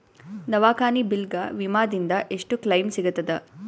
ದವಾಖಾನಿ ಬಿಲ್ ಗ ವಿಮಾ ದಿಂದ ಎಷ್ಟು ಕ್ಲೈಮ್ ಸಿಗತದ?